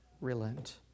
relent